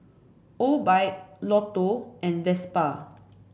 Obike Lotto and Vespa